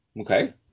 okay